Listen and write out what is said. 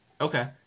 Okay